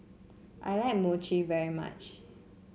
I like Mochi very much